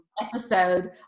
episode